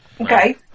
Okay